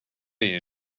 you